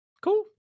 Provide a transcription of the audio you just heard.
cool